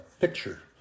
picture